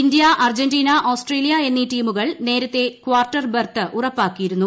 ഇന്ത്യും Argentina Australia എന്നീ ടീമുകൾ നേരത്തെ ്ക്വാർട്ട്ർ ബർത്ത് ഉറപ്പാക്കിയിരുന്നു